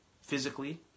physically